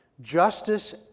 justice